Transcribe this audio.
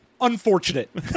unfortunate